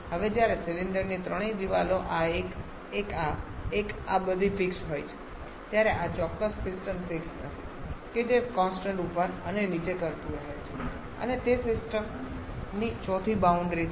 હવે જ્યારે સિલિન્ડરની ત્રણેય દીવાલો આ એક એક આ એક આ બધી ફિક્સ હોય છે ત્યારે આ ચોક્કસ પિસ્ટન ફિક્સ નથી કે જે કોન્સટંટ ઉપર અને નીચે ફરતું રહે છે અને તે સિસ્ટમની ચોથી બાઉન્ડ્રીથી